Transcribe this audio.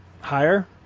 Higher